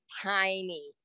tiny